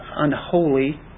unholy